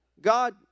God